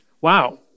Wow